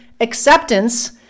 acceptance